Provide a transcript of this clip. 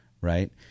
Right